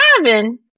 driving